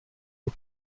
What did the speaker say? aux